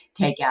takeout